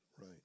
right